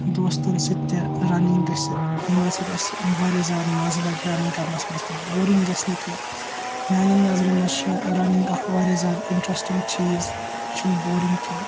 دوستَن سۭتۍ تہِ رَننگ گٔژھتھ یِمَن سۭتِۍ اَسہِ وارِیاہ زیادٕ مزٕ لَگہِ رَننگ کَرنَس منٛز تہٕ بورِنگ گَژھہِ نہٕ کیٚنٛہہ میانٮ۪ن نَظرَن منٛز چھِ رَننگ اَکھ وارِیاہ زیادٕ اِنٹرَسٹِنگ چیز یہِ چھنہٕ بورِنگ کیٚنٛہہ